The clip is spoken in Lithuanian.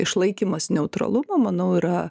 išlaikymas neutralumo manau yra